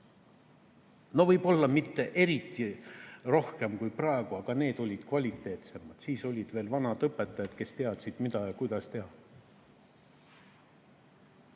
No võib-olla mitte eriti palju rohkem kui praegu, aga need olid kvaliteetsemad. Siis olid veel vanad õpetajad, kes teadsid, mida ja kuidas teha.